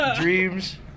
Dreams